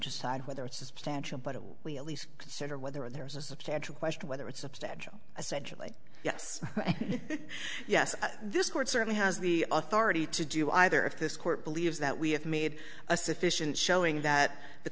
side whether it's a substantial but if we at least consider whether there is a substantial question whether it's substantial i said julie yes yes this court certainly has the authority to do either if this court believes that we have made a sufficient showing that the